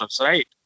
right